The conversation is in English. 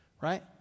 right